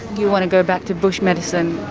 you want to go back to bush medicine?